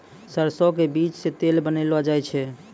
सरसों के बीज सॅ तेल बनैलो जाय छै